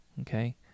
okay